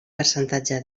percentatge